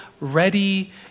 ready